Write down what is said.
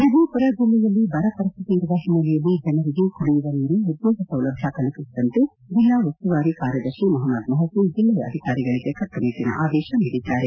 ವಿಜಯಪುರ ಜಿಲ್ಲೆಯಲ್ಲಿ ಬರ ಪರಿಸ್ಥಿತಿ ಇರುವ ಓನ್ನೆಲೆಯಲ್ಲಿ ಜನರಿಗೆ ಕುಡಿಯುವ ನೀರು ಉದ್ಯೋಗ ಸೌಲಭ್ಯ ಕಲ್ಪಿಸುವಂತೆ ಜಿಲ್ಲ ಉಸ್ತುವಾರಿ ಕಾರ್ಯದರ್ತಿ ಮೊಪ್ಪದ್ ಮೊಮೇನ್ ಜಿಲ್ಲೆಯ ಅಧಿಕಾರಿಗಳಿಗೆ ಕಟ್ಟುನಿಟ್ಟನ ಆದೇಶ ನೀಡಿದ್ದಾರೆ